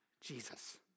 Jesus